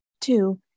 Two